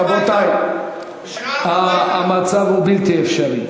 רבותי, המצב הוא בלתי אפשרי.